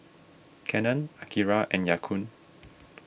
Canon Akira and Ya Kun